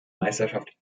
meisterschaft